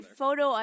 photo